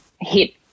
hit –